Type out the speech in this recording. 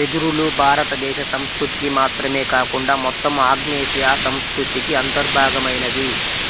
వెదురులు భారతదేశ సంస్కృతికి మాత్రమే కాకుండా మొత్తం ఆగ్నేయాసియా సంస్కృతికి అంతర్భాగమైనవి